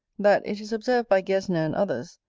that it is observed by gesner and others,